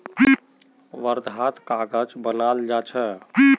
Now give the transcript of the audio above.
वर्धात कागज बनाल जा छे